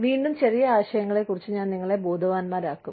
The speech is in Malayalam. വീണ്ടും ചെറിയ ആശയങ്ങളെക്കുറിച്ച് ഞാൻ നിങ്ങളെ ബോധവാന്മാരാക്കും